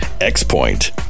X-Point